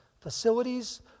facilities